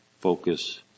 focus